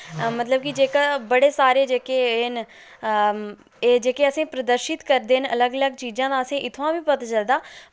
मतलब की जेह्का बड़े सारे जेह्के एह् न एह् जेह्के असें प्रदर्शित करदे न अलग अलग चीजां दा असें इत्थुआं वी पता चलदा